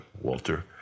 Walter